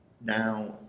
now